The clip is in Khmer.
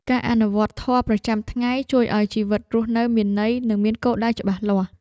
ការអនុវត្តធម៌ប្រចាំថ្ងៃ ជួយឱ្យជីវិតរស់នៅមានន័យ និងមានគោលដៅច្បាស់លាស់។